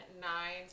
nine